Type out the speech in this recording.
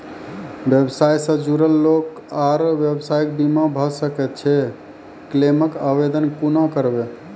व्यवसाय सॅ जुड़ल लोक आर व्यवसायक बीमा भऽ सकैत छै? क्लेमक आवेदन कुना करवै?